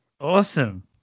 Awesome